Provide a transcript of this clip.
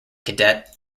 cadet